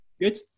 Good